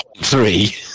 three